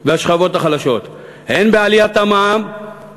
והשכבות החלשות, הן בעליית המע"מ